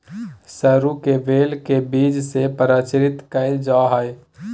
सरू के बेल के बीज से प्रचारित कइल जा हइ